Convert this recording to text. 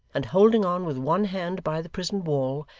and holding on with one hand by the prison wall,